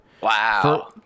Wow